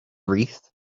wreath